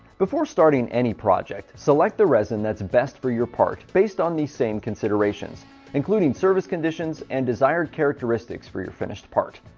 before starting any project, select the resin that's best for your part based on these same considerations including service conditions and desired characteristics for your finished part.